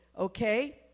Okay